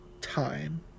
time